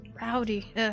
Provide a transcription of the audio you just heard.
rowdy